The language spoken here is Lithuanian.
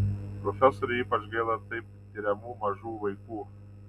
profesorei ypač gaila taip tiriamų mažų vaikų